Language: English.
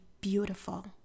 beautiful